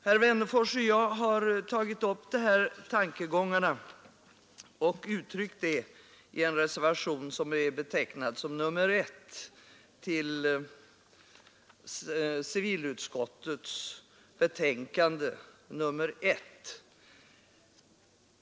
Herr Wennerfors och jag har tagit upp dessa tankegångar och har uttryckt dem i reservationen 1 till civilutskottets betänkande nr 1 till vilken jag yrkar bifall.